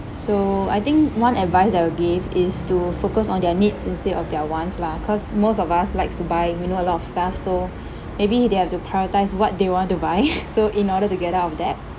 so I think one advice I will give is to focus on their needs instead of their wants lah cause most of us likes to buy even though a lot of stuff so maybe they have to prioritise what they want to buy so in order to get out of debt